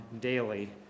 daily